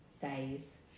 phase